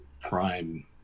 prime